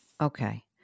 Okay